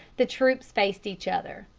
the troops faced each other,